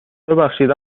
ببخشید